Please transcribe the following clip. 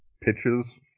pitches